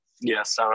Yes